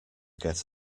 get